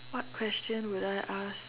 what question would I ask